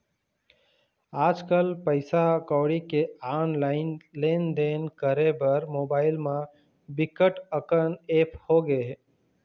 आजकल पइसा कउड़ी के ऑनलाईन लेनदेन करे बर मोबाईल म बिकट अकन ऐप होगे हे